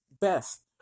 best